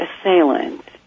assailant